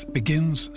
begins